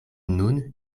nun